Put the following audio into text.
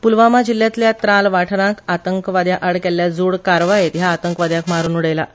पुलवामा जिल्ल्यातल्या त्राल वाठारात आतंकवादया आड केल्ल्या जोड कारवायेत हया आतंकवाद्याक मारुन उडयलां